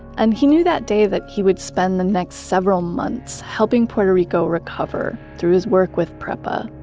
and he knew that day, that he would spend the next several months helping puerto rico recover through his work with prepa.